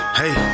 hey